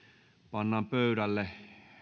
pannaan pöydälle